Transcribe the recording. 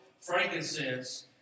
frankincense